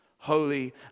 Holy